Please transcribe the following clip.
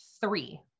three